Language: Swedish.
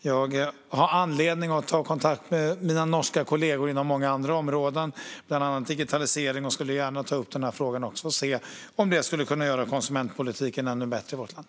Jag har anledning att ta kontakt med mina norska kollegor inom många andra områden, bland annat digitalisering, och skulle gärna ta upp även den här frågan och se om det skulle kunna göra konsumentpolitiken ännu bättre i vårt land.